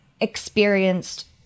experienced